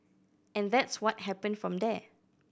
and that's what happened from there